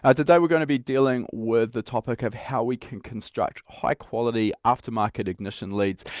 ah today we're going to be dealing with the topic of how we can construct high quality aftermarket ignition leads.